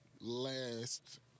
last